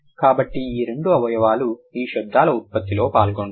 కాబట్టి ఈ రెండు అవయవాలు ఈ శబ్దాల ఉత్పత్తిలో పాల్గొంటాయి